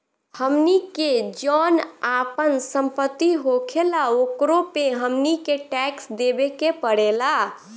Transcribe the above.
हमनी के जौन आपन सम्पति होखेला ओकरो पे हमनी के टैक्स देबे के पड़ेला